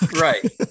Right